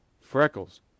Freckles